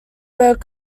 were